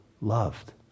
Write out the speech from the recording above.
loved